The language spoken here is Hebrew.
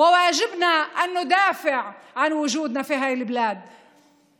וחובה עלינו להגן על קיומנו בארץ זו.